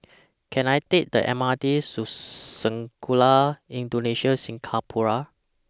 Can I Take The M R T Sekolah Indonesia Singapura